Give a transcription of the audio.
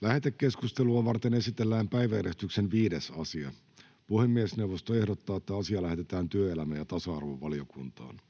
Lähetekeskustelua varten esitellään päiväjärjestyksen 5. asia. Puhemiesneuvosto ehdottaa, että asia lähetetään työelämä- ja tasa-arvovaliokuntaan.